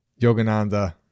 Yogananda